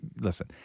listen